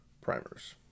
primers